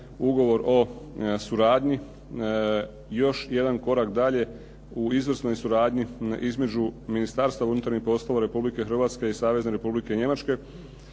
ugovor o suradnji još jedan korak dalje u izvrsnoj suradnji između Ministarstva unutarnjih poslova Republike Hrvatske i Savezne Republike Njemačke